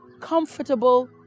comfortable